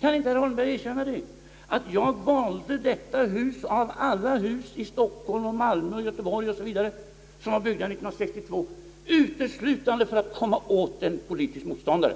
Kan inte herr Holmberg erkänna att han valde detta hus bland alla hus i Stockholm, Göteborg, Malmö o. s. v. som byggdes 1962 uteslutande för att komma åt en politisk motståndare?